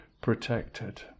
protected